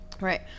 right